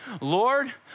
Lord